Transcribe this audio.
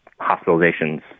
hospitalizations